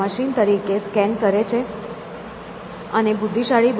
machine તરીકે scan કરે છે અને બુદ્ધિશાળી બને છે